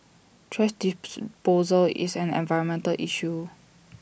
thrash is an environmental issue